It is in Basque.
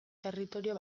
territorio